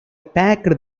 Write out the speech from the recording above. packed